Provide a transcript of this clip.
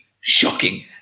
shocking